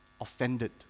offended